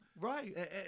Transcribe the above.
Right